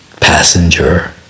passenger